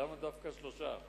למה דווקא שלושה?